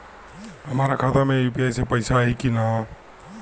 हमारा खाता मे यू.पी.आई से पईसा आई कि ना?